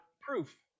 proof